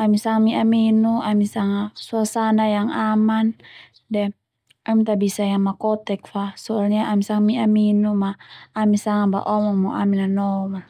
ami sanga mi'a minu ami sanga suasana yang aman de ami ta bisa yang makotek fa soalnya ami sanga mi'a minu ma ami sanga baomong no ami nanoma.